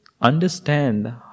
understand